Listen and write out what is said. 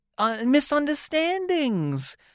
misunderstandings